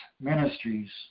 ministries